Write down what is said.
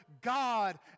God